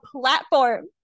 platform